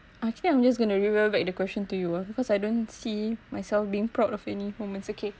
I think I'm just going to revert back the question to you ah because I don't see myself being proud of any moments okay